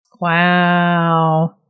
Wow